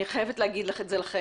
אני חייבת להגיד לכם,